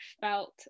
felt